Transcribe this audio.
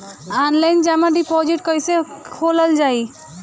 Online जमा deposit कैसे खोलल जाइ?